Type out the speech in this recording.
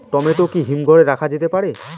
Tomato কি হিমঘর এ রাখা যেতে পারে?